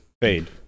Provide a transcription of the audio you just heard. fade